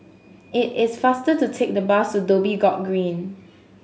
it is faster to take the bus to Dhoby Ghaut Green